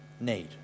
need